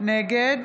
נגד